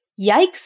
Yikes